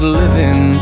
living